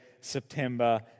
September